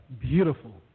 beautiful